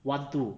one two